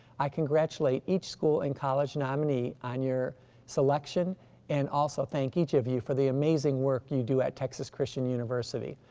i congratulate each school and college nominee on your selection and also thank each of you for the amazing work you do at texas christian university.